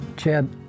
Chad